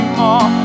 more